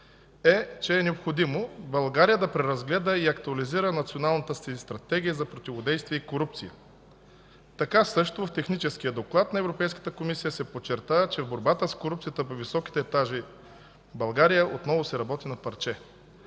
е, че е необходимо България да преразгледа и актуализира националната си стратегия за противодействие на корупцията. Така също в техническия доклад на Европейската комисия се подчертава, че в борбата с корупцията по високите етажи в България отново се работи на парче.